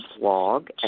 blog